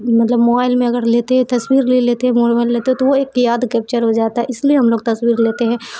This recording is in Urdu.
مطلب موبائل میں اگر لیتے ہیں تصویر لے لیتے ہیں موبائل لیتے تو وہ ایک یاد کیپچر ہو جاتا ہے اس لیے ہم لوگ تصویر لیتے ہیں